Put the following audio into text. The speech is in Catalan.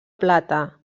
plata